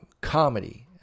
comedy